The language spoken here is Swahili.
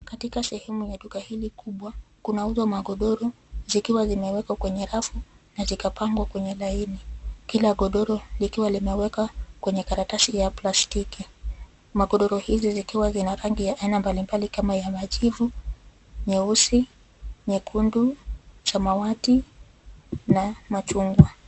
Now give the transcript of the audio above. Katika sehemu ya duka hili kubwa, kunauzwa magodoro zikiwa zimewekwa kwenye rafu na zikapangwa kwenye laini. Kila godoro likiwa limewekwa kwenye karatasi ya plastiki. Magodoro hizi zikiwa zina rangi ya aina mbali mbali kama ya majivu, nyeusi, nyekundu, samawati na machungwa.